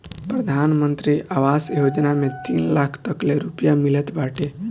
प्रधानमंत्री आवास योजना में तीन लाख तकले रुपिया मिलत बाटे